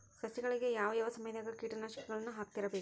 ಸಸಿಗಳಿಗೆ ಯಾವ ಯಾವ ಸಮಯದಾಗ ಕೇಟನಾಶಕಗಳನ್ನು ಹಾಕ್ತಿರಬೇಕು?